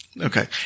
Okay